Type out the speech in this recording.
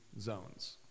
zones